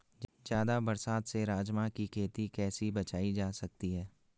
ज़्यादा बरसात से राजमा की खेती कैसी बचायी जा सकती है?